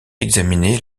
examiner